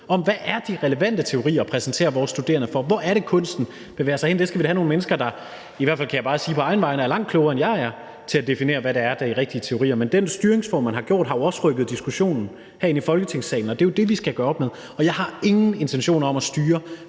om, hvad der er de relevante teorier at præsentere for vores studerende, og hvor kunsten bevæger sig hen. Der skal vi have nogle mennesker, kan jeg i hvert fald sige på egne vegne, der er langt klogere end mig, til at definere, hvad der er de rigtige teorier. Men den styringsform, man har haft, har jo også rykket diskussionen her ind i Folketingssalen, og det er det, vi skal gøre op med. Og jeg har ingen intention om at styre,